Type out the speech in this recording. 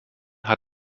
hat